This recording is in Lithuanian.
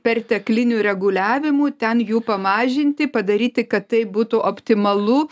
perteklinių reguliavimų ten jų pamažinti padaryti kad tai būtų optimalu